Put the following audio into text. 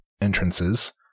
entrances